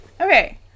Okay